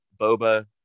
boba